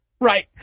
Right